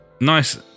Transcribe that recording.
Nice